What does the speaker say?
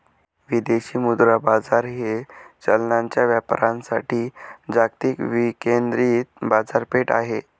विदेशी मुद्रा बाजार हे चलनांच्या व्यापारासाठी जागतिक विकेंद्रित बाजारपेठ आहे